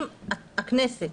הכנסת.